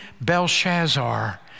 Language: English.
Belshazzar